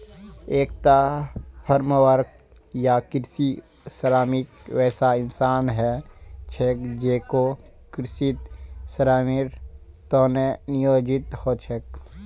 एकता farmworker या कृषि श्रमिक वैसा इंसान ह छेक जेको कृषित श्रमेर त न नियोजित ह छेक